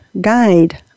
Guide